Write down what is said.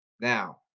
now